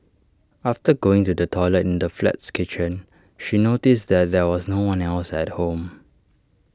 after going to the toilet in the flat's kitchen she noticed that there was no one else at home